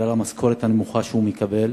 אלא בגלל המשכורת הנמוכה שהוא מקבל.